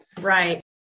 Right